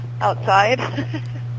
Outside